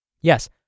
Yes